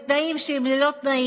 חירות,